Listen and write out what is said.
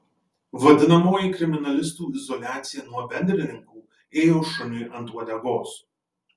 vadinamoji kriminalistų izoliacija nuo bendrininkų ėjo šuniui ant uodegos